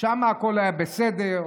שם הכול היה בסדר.